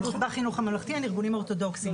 יהדות בחינוך הממלכתי הם ארגונים אורתודוכסים,